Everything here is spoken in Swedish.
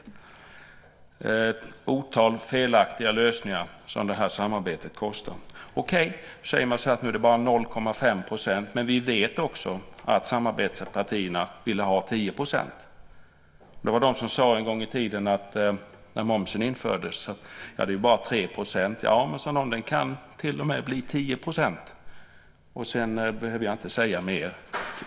Det är ett otal felaktiga lösningar som det här samarbetet kostar. Man säger så här: Nu är det bara 0,5 %. Men vi vet också att samarbetspartierna ville ha 10 %. Det var de som sade, en gång i tiden när momsen infördes: Det är ju bara 3 %. Ja, sade någon, men den kan till och med bli 10 %! Sedan behöver jag inte säga mer.